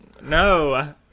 No